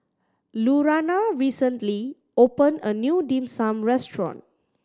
Lurana recently opened a new Dim Sum restaurant